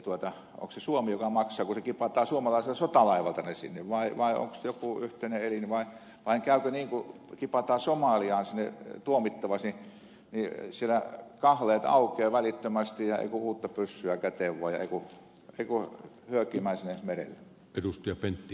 onko se suomi joka maksaa kun kipataan suomalaiselta sotalaivalta ne sinne vai onko se jokin yhteinen elin vai käykö niin että kun kipataan somaliaan siellä tuomittavaksi siellä kahleet aukeavat välittömästi ja ei kun uutta pyssyä käteen vaan ja ei kun hyökimään sinne merelle